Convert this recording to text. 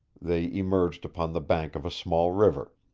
they emerged upon the bank of a small river.